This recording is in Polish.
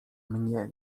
mnie